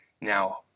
Now